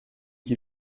qui